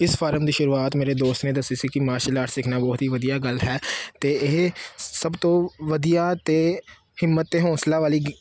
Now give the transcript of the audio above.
ਇਸ ਫਾਰਮ ਦੀ ਸ਼ੁਰੂਆਤ ਮੇਰੇ ਦੋਸਤ ਨੇ ਦੱਸੀ ਸੀ ਕਿ ਮਾਰਸ਼ਲ ਆਰਟ ਸਿੱਖਣਾ ਬਹੁਤ ਹੀ ਵਧੀਆ ਗੱਲ ਹੈ ਅਤੇ ਇਹ ਸਭ ਤੋਂ ਵਧੀਆ ਅਤੇ ਹਿੰਮਤ ਅਤੇ ਹੌਸਲਾ ਵਾਲੀ ਗ